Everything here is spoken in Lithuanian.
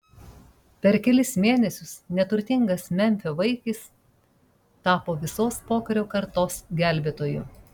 per kelis mėnesius neturtingas memfio vaikis tapo visos pokario kartos gelbėtoju